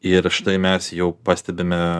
ir štai mes jau pastebime